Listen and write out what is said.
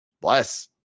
Bless